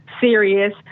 serious